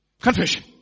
confession